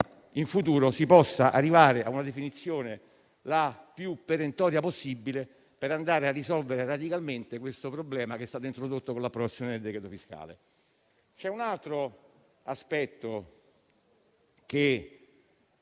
in futuro si possa arrivare a una definizione, la più perentoria possibile, che risolva radicalmente la questione introdotta con l'approvazione del decreto fiscale. C'è poi un altro aspetto che